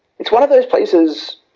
is one of those places,